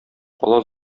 кала